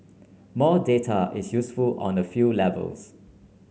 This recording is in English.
more data is useful on a few levels